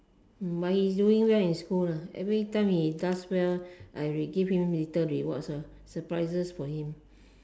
but he doing well in school lah every time he does well I will give him little rewards lah surprises for him